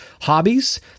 hobbies